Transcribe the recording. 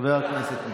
חבר הכנסת מרגי,